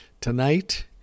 tonight